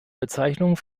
bezeichnungen